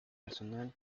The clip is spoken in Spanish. personal